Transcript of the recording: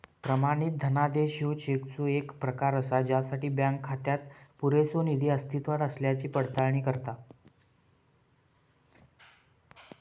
प्रमाणित धनादेश ह्यो चेकचो येक प्रकार असा ज्यासाठी बँक खात्यात पुरेसो निधी अस्तित्वात असल्याची पडताळणी करता